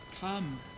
come